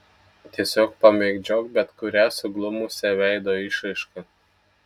tiesiog pamėgdžiok bet kurią suglumusią veido išraišką